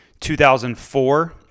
2004